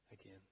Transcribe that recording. again